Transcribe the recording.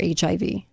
HIV